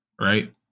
right